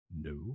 No